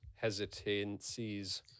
hesitancies